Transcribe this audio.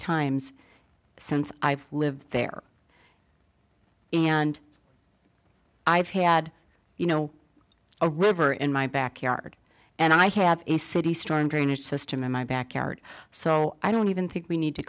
times since i've lived there and i've had you know a river in my backyard and i have a city storm drainage system in my backyard so i don't even think we need to